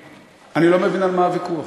אני לא מבין על מה הוויכוח.